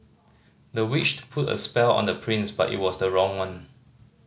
the witch put a spell on the prince but it was the wrong one